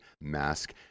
mask